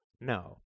no